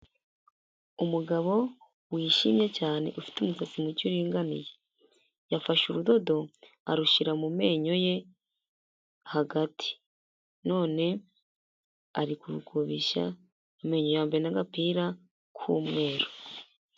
Umugabo wishimye cyane, ufite umusatsi muke uringaniye yafashe urudodo arushyira mu menyo ye hagati, none ari kurukubishya amenyo. Yambaye n'agapira k'umweru.